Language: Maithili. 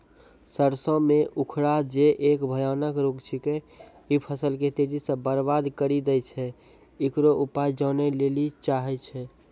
सरसों मे उखरा जे एक भयानक रोग छिकै, इ फसल के तेजी से बर्बाद करि दैय छैय, इकरो उपाय जाने लेली चाहेय छैय?